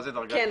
מה זה --- כן,